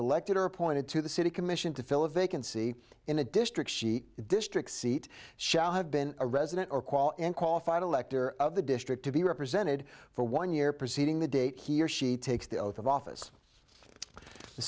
elected or appointed to the city commission to fill a vacancy in a district the district seat shall have been a resident or qual and qualified elector of the district to be represented for one year preceding the date he or she takes the oath of office the